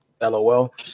LOL